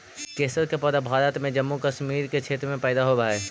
केसर के पौधा भारत में जम्मू कश्मीर के क्षेत्र में पैदा होवऽ हई